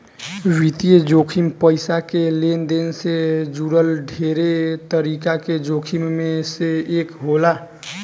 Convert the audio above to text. वित्तीय जोखिम पईसा के लेनदेन से जुड़ल ढेरे तरीका के जोखिम में से एक होला